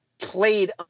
played